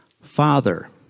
father